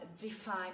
define